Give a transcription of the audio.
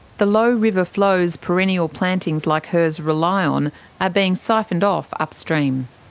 the low river flows perennial plantings like hers rely on are being siphoned off upstream.